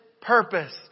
purpose